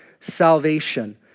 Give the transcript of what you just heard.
salvation